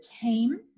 team